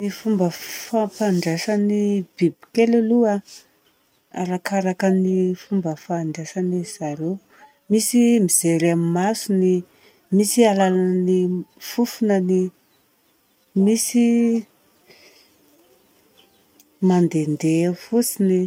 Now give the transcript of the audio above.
Ny fomba fandraisan'ny bibikely aloha an, arakaraka ny fomba fandraisan'ny zareo. Misy mijery amin'ny masony, misy alalan'ny fofon'ainy, misy mandehadeha eny fotsiny.